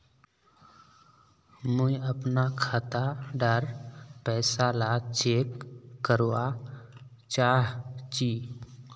मुई अपना खाता डार पैसा ला चेक करवा चाहची?